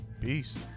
peace